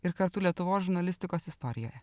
ir kartu lietuvos žurnalistikos istorijoje